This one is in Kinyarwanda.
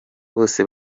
bose